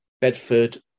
Bedford